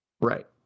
Right